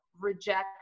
reject